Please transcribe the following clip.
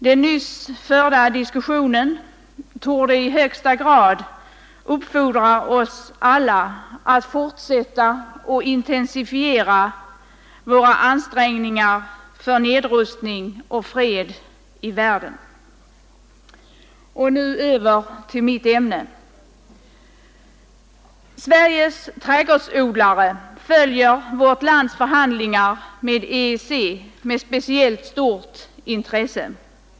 Den nyss förda diskussionen torde i högsta grad uppfordra oss alla att fortsätta och intensifiera våra ansträngningar för nedrustning och fred i världen. Och nu över till mitt ämne. Sveriges trädgårdsodlare följer vårt lands förhandlingar med EEC med speciellt stort intresse.